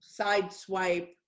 sideswipe